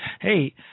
Hey